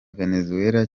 venezuela